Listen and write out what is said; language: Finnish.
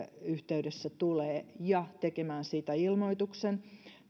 yhteydessä tulee ja tekemään siitä ilmoituksen